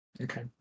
Okay